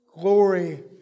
glory